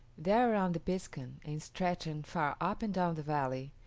there around the piskun, and stretching far up and down the valley,